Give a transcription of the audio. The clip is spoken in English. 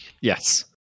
Yes